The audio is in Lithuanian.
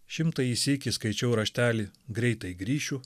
šimtąjį sykį skaičiau raštelį greitai grįšiu